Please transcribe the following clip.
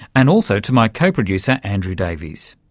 and also to my co-producer andrew davies.